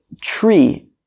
tree